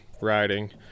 riding